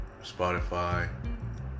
Spotify